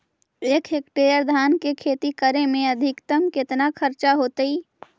एक हेक्टेयर धान के खेती करे में अधिकतम केतना खर्चा होतइ?